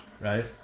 right